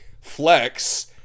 flex